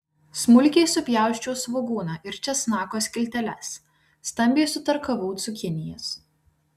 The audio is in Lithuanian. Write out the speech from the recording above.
smulkiai supjausčiau svogūną ir česnako skilteles stambiai sutarkavau cukinijas